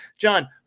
John